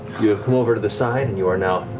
you have come over to the side and you are now